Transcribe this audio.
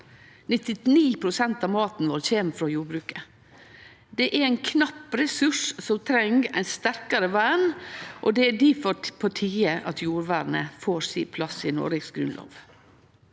99 pst. av maten vår kjem frå jordbruket. Det er ein knapp ressurs som treng eit sterkare vern, og det er difor på tide at jordvernet får sin plass i Noregs grunnlov.